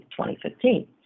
2015